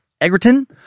Egerton